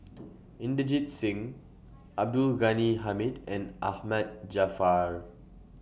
Inderjit Singh Abdul Ghani Hamid and Ahmad Jaafar